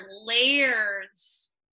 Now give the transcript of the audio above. layers